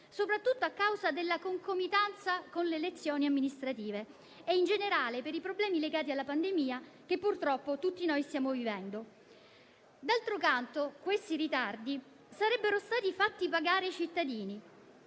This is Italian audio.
soprattutto a causa della concomitanza con le elezioni amministrative e in generale per i problemi legati alla pandemia che purtroppo tutti noi stiamo vivendo. D'altro canto, questi ritardi sarebbero stati fatti pagare ai cittadini